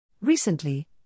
Recently